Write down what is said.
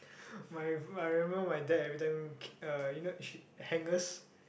my I remember my dad every time kick uh you know she hangers